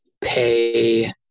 pay